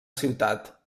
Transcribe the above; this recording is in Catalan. ciutat